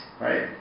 right